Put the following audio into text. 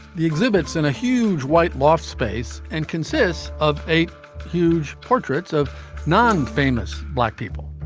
the exhibits in a huge white loft space and consists of eight huge portraits of non famous black people